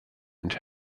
and